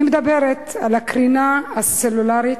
אני מדברת על הקרינה הסלולרית,